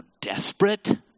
desperate